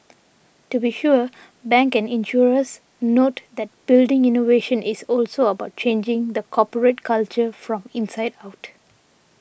to be sure banks and insurers note that building innovation is also about changing the corporate culture from inside out